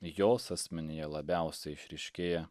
jos asmenyje labiausiai išryškėja